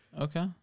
Okay